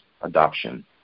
adoption